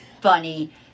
funny